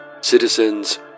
Citizens